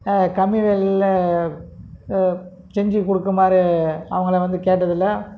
கம்மி விலையில் செஞ்சு கொடுக்குமாறு அவங்கள வந்து கேட்டதில்